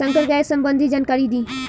संकर गाय संबंधी जानकारी दी?